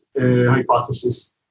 hypothesis